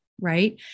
right